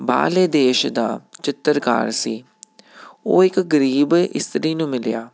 ਬਾਹਰਲੇ ਦੇਸ਼ ਦਾ ਚਿੱਤਰਕਾਰ ਸੀ ਉਹ ਇੱਕ ਗਰੀਬ ਇਸਤਰੀ ਨੂੰ ਮਿਲਿਆ